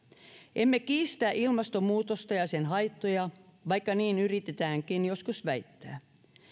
emme kiistä ilmastonmuutosta ja sen haittoja vaikka niin yritetäänkin joskus väittää